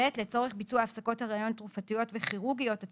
(ב)לצורך ביצוע הפסקות הריון תרופתיות וכירורגיות עד